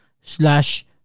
slash